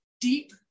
deep